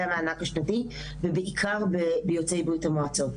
המענק השנתי ובעיקר ביוצאי ברית המועצות.